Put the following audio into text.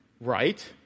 Right